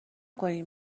کنین